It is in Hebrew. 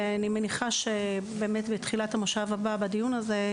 ואני מניחה שבתחילת המושב הבא בדיון הזה,